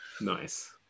Nice